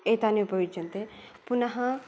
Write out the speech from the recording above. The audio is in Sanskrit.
एतानि उपयुज्यन्ते पुन